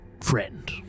friend